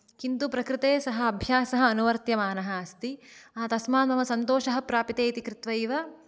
किन्तु प्रकृते सः अभ्यासः अनुवर्त्यमानः अस्ति तस्मात् मम सन्तोषः प्राप्यते इति कृत्वैव